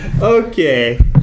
Okay